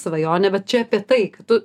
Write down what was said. svajone bet čia apie tai ka tu